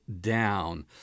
down